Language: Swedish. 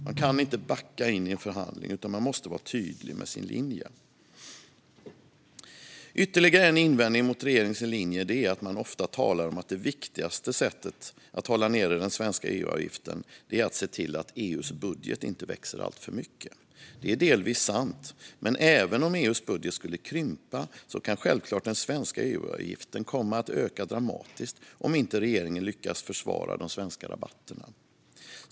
Man kan inte backa in i en förhandling utan måste vara tydlig med sin linje. Ytterligare en invändning mot regeringens linje är att man ofta talar om att det viktigaste sättet att hålla nere den svenska EU-avgiften är att se till att EU:s budget inte växer alltför mycket. Det är delvis sant. Men även om EU:s budget skulle krympa kan den svenska EU-avgiften självklart komma att höjas dramatiskt om inte regeringen lyckas försvara de svenska rabatterna.